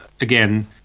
again